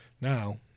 now